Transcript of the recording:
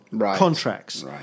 contracts